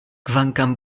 kvankam